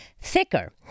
thicker